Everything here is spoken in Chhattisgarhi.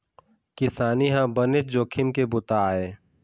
किसानी ह बनेच जोखिम के बूता आय